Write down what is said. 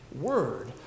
word